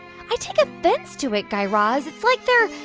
i take offense to it, guy raz. it's like theyre.